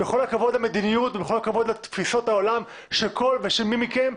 בכל הכבוד למדיניות ובכל הכבוד לתפיסות העולם של כל ושל מי מכם,